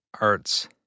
arts